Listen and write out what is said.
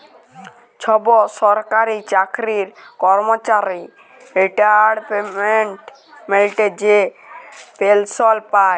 ছব সরকারি চাকরির কম্মচারি রিটায়ারমেল্টে যে পেলসল পায়